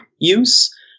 use